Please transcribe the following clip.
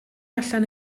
allan